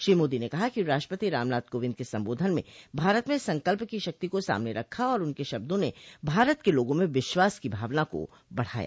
श्री मोदी ने कहा कि राष्ट्रपति रामनाथ कोविंद के संबोधन में भारत में संकल्प की शक्ति को सामने रखा और उनके शब्दों ने भारत के लोगों में विश्वास की भावना को बढ़ाया